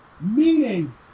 meaning